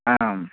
आम्